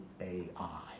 AI